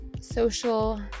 social